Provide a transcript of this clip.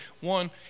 one